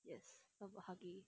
yes 抱抱 huggies